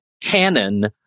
canon